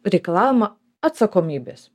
reikalaujama atsakomybės